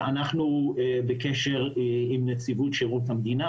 ואנחנו בקשר עם נציבות שירות המדינה